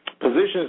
positions